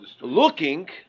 looking